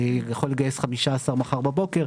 לגייס 15 מחר בבוקר,